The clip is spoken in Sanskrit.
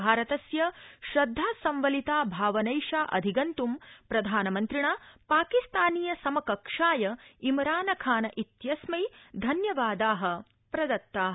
भारतस्य श्रद्धासम्वलिता भावनैषा अधिगन्त् प्रधानमन्त्रिणा पाकिस्तानीय समकक्षाय इमानखान इत्यस्मै धन्ववादा प्रदत्ता